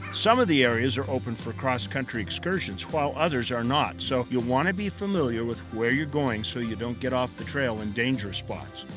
some of the areas are open for cross country excursions while others are not so you want to be familiar with where you are going so you don't get off the trail in danger spots.